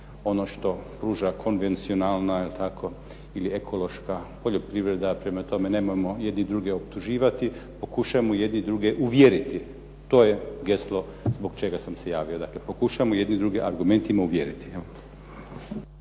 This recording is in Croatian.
ono što pruža konvencionalna, jel tako ili ekološka poljoprivreda. Prema tome nemojmo jedni druge optuživati, pokušajmo jedni druge uvjeriti, to je geslo zbog kojeg sam se javio. Dakle, pokušajmo jedni druge argumentima uvjeriti.